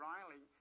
Riley